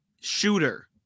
shooter